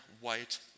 white